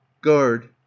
guard